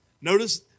Notice